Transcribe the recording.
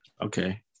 Okay